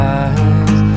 eyes